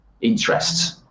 interests